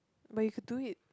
but you could do it